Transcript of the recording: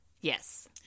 Yes